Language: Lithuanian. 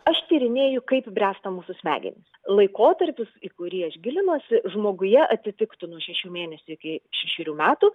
aš tyrinėju kaip bręsta mūsų smegenys laikotarpis į kurį aš gilinuosi žmoguje atitiktų nuo šešių mėnesių iki šešerių metų